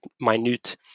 minute